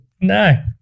No